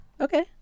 Okay